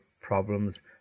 problems